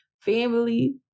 Family